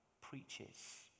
preaches